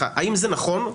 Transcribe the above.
האם זה נכון?